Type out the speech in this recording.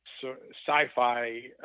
sci-fi